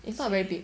it's not very big